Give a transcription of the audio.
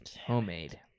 Homemade